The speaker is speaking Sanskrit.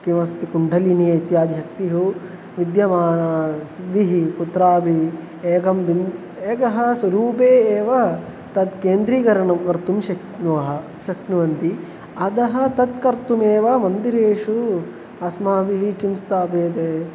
किमस्ति कुण्डलिनी इत्यादिशक्तिषु विद्यमाना सिद्धिः कुत्रापि एकं भिन्नम् एकः स्वरूपे एव तत् केन्द्रीकरणं कर्तुं शक्नुवः शक्नुवन्ति अतः तत् कर्तुमेव मन्दिरेषु अस्माभिः किं स्थाप्यते